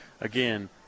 again